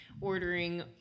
ordering